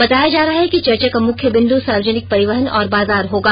बताया जा रहा है कि चर्चा का मुख्य बिंद सार्वजनिक परिवहन और बाजार होगा